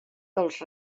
dels